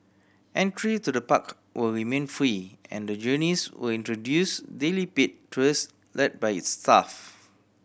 entry to the park will remain free and Journeys will introduce daily paid tours led by its staff